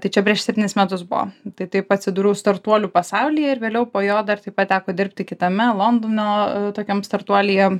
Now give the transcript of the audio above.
tai čia prieš septynis metus buvo tai taip atsidūriau startuolių pasaulyje ir vėliau po jo dar taip pat teko dirbti kitame londono tokiam startuolyje